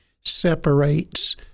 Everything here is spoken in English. separates